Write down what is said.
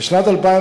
בשנת 2012